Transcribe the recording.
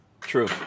True